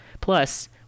Plus